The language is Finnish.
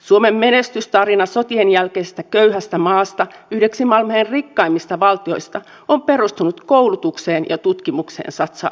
suomen menestystarina sotien jälkeisestä köyhästä maasta yhdeksi maailman rikkaimmista valtioista on perustunut koulutukseen ja tutkimukseen satsaamiseen